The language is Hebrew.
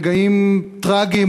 רגעים טרגיים,